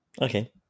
okay